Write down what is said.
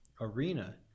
arena